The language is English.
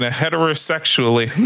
heterosexually